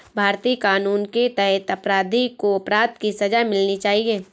भारतीय कानून के तहत अपराधी को अपराध की सजा मिलनी चाहिए